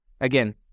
again